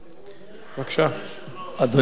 אדוני היושב-ראש,